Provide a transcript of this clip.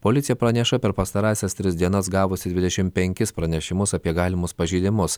policija praneša per pastarąsias tris dienas gavusi dvidešim penkis pranešimus apie galimus pažeidimus